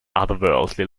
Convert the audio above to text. otherworldly